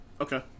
Okay